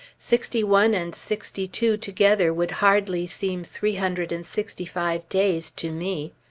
sixty one and sixty two together would hardly seem three hundred and sixty-five days to me.